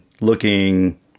looking